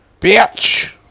bitch